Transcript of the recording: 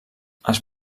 els